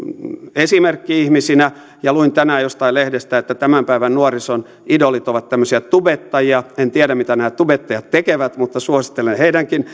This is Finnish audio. esimerkki ihmisinä luin tänään jostain lehdestä että tämän päivän nuorison idolit ovat tämmöisiä tubettajia en tiedä mitä nämä tubettajat tekevät mutta suosittelen heidänkin